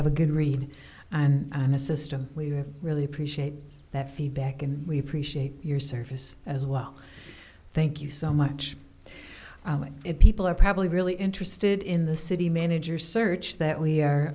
have a good read and a system we really appreciate that feedback and we appreciate your service as well thank you so much it people are probably really interested in the city manager search that